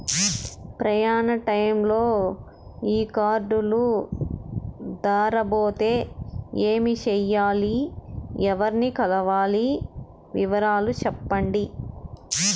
ప్రయాణ టైములో ఈ కార్డులు దారబోతే ఏమి సెయ్యాలి? ఎవర్ని కలవాలి? వివరాలు సెప్పండి?